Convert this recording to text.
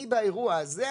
אני באירוע הזה,